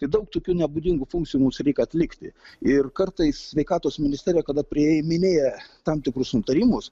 tai daug tokių nebūdingų funkcijų mums reik atlikti ir kartais sveikatos ministerija kada priiminėja tam tikrus nutarimus